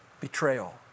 betrayal